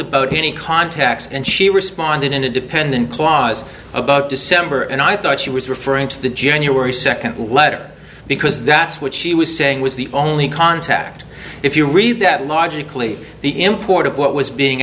about any contacts and she responded in a dependent clause about december and i thought she was referring to the january second letter because that's what she was saying was the only contact if you read that logically the import of what was being